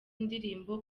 ndirimbo